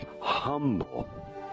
humble